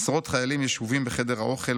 עשרות חיילים ישובים בחדר האוכל,